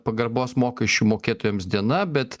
pagarbos mokesčių mokėtojams diena bet